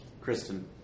Kristen